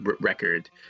record